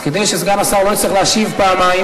אז כדי שסגן השר לא יצטרך להשיב פעמיים,